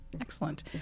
Excellent